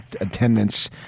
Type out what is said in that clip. attendance